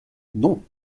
non